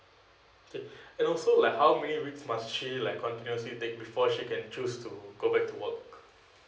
okay and also like how many weeks must she like continuously take before she can choose to go back to work